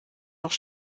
noch